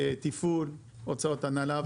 תפעול, הוצאות הנהלה.